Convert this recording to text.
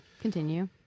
Continue